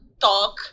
talk